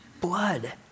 blood